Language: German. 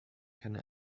keine